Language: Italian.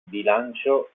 bilancio